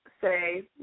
say